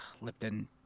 Lipton